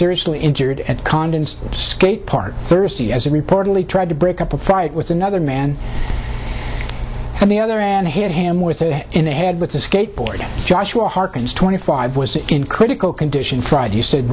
seriously injured at condon's skate park thursday as he reportedly tried to break up a fight with another man and the other and hit him with it in the head with the skate board joshua hearkens twenty five was in critical condition friday you said